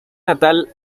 natal